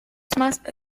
canciones